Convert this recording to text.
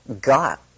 got